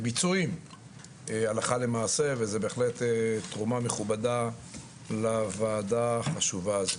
בביצועים הלכה למעשה וזה בהחלט תרומה מכובדה לוועדה החשובה הזו.